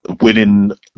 winning